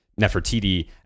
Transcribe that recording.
Nefertiti